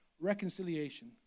reconciliation